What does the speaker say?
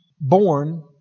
Born